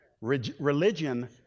Religion